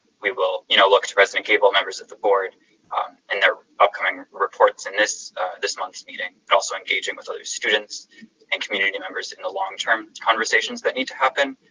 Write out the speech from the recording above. we will you know look to president gabel, members of the board ah and their upcoming reports in this this month's meeting, also engaging with other students and community members in the long term, conversations that need to happen,